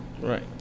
Right